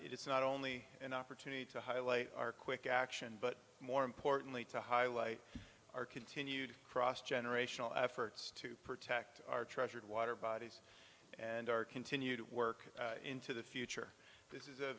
tonight it's not only an opportunity to highlight our quick action but more importantly to highlight our continued cross generational efforts to protect our treasured water bodies and our continued work into the future this is a